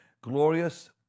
Glorious